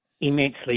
immensely